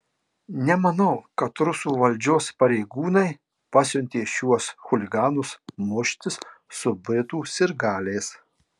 nemanau kad rusų valdžios pareigūnai pasiuntė šiuos chuliganus muštis su britų sirgaliais